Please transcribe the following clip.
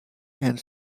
and